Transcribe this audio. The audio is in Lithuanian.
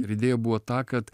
ir idėja buvo ta kad